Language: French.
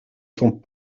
sont